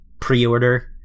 pre-order